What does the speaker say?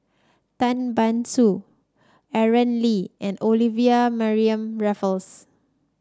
Tan Ban Soon Aaron Lee and Olivia Mariamne Raffles